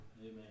Amen